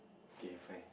K fine